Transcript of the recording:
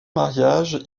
mariage